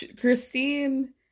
Christine